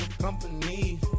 company